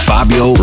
Fabio